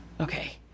Okay